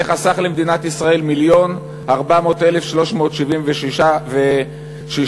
זה חסך למדינת ישראל מיליון ו-400,376 שקלים.